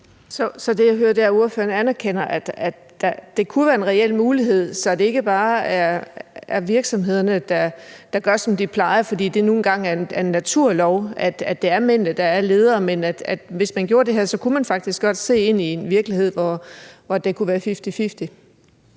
Så det, jeg hører, er, at ordføreren anerkender, at det kunne være en reel mulighed, så det ikke bare er virksomhederne, der gør, som de plejer, fordi det nu engang er en naturlov, at det er mændene, der er ledere, men at hvis man gjorde det her, kunne man faktisk godt se ind i en virkelighed, hvor det kunne være